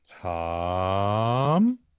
Tom